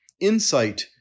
insight